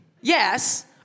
Yes